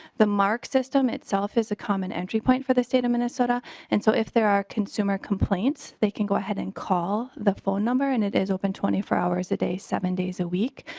the marc system itself is a common entry point for the state of minnesota and so if there are consumer complaints they can go ahead and call call the phone number and it is open twenty four hours a day seven days a week.